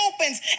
opens